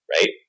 right